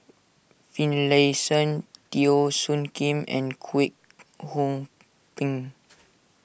Finlayson Teo Soon Kim and Kwek Hong Png